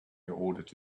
ordered